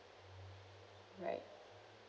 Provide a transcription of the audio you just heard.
right